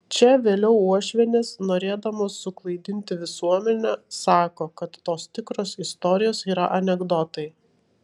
čia vėliau uošvienės norėdamos suklaidinti visuomenę sako kad tos tikros istorijos yra anekdotai